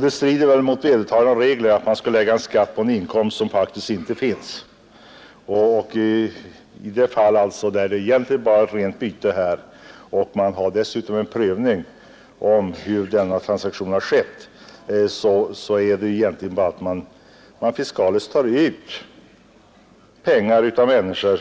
Det strider mot vedertagna regler att man skall betala skatt på inkomst som faktiskt inte finns. Här är det ju egentligen bara fråga om ett rent byte av fastighet. Dessutom har man en prövning av hur denna transaktion skett, men ändå tar man bara fiskaliskt ut pengar av människor